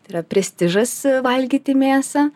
tai yra prestižas valgyti mėsą